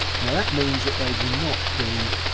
now that means that they will not be